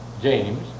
James